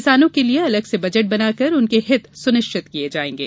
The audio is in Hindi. किसानों के लिए अलग से बजट बनाकर उनके हित सुनिश्चित किये जाएंगे